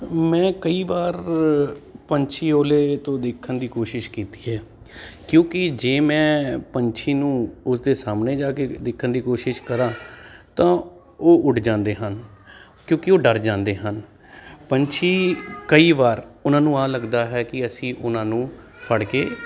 ਮੈਂ ਕਈ ਵਾਰ ਪੰਛੀ ਓਹਲੇ ਤੋਂ ਦੇਖਣ ਦੀ ਕੋਸ਼ਿਸ਼ ਕੀਤੀ ਹੈ ਕਿਉਂਕਿ ਜੇ ਮੈਂ ਪੰਛੀ ਨੂੰ ਉਸਦੇ ਸਾਹਮਣੇ ਜਾ ਕੇ ਦੇਖਣ ਦੀ ਕੋਸ਼ਿਸ਼ ਕਰਾਂ ਤਾਂ ਉਹ ਉੱਡ ਜਾਂਦੇ ਹਨ ਕਿਉਂਕਿ ਉਹ ਡਰ ਜਾਂਦੇ ਹਨ ਪੰਛੀ ਕਈ ਵਾਰ ਉਹਨਾਂ ਨੂੰ ਆਹ ਲੱਗਦਾ ਹੈ ਕਿ ਅਸੀਂ ਉਹਨਾਂ ਨੂੰ ਫੜ ਕੇ